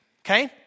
Okay